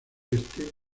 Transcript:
oeste